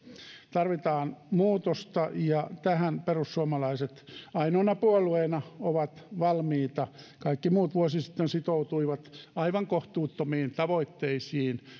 tarvitaan muutosta ja tähän perussuomalaiset ainoana puolueena ovat valmiita kaikki muut vuosi sitten sitoutuivat aivan kohtuuttomiin tavoitteisiin